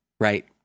Right